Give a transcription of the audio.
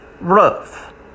rough